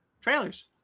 Trailers